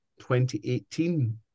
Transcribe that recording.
2018